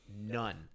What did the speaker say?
None